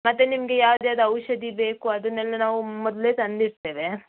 ಮತ್ತು ನಿಮಗೆ ಯಾವ್ದು ಯಾವ್ದು ಔಷಧಿ ಬೇಕು ಅದನ್ನೆಲ್ಲ ನಾವು ಮೊದಲೇ ತಂದಿಡ್ತೇವೆ